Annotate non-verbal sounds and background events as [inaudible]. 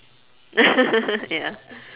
[laughs] ya